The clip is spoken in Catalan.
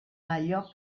allò